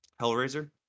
Hellraiser